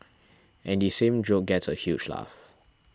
and the same joke gets a huge laugh